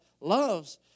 loves